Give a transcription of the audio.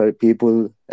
people